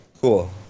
Cool